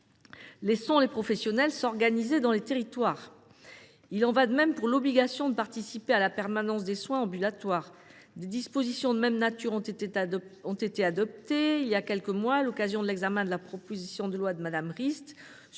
Laissons les professionnels s’organiser dans les territoires ! Il en va de même de l’obligation de participer à la permanence des soins ambulatoires. Des dispositions de même nature ont été adoptées voilà quelques mois, à l’occasion de l’examen de la proposition de loi de Mme Rist,